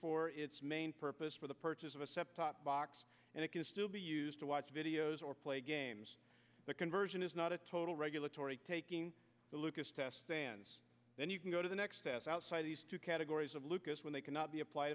for its main purpose for the purchase of a septic box and it can still be used to watch videos or play games the conversion is not a total regulatory taking the lucas test stands then you can go to the next step outside these two categories of lucas when they cannot be appl